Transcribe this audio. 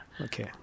Okay